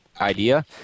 idea